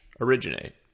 originate